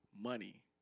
money